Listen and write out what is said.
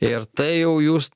ir tai jau jūs